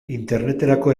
interneterako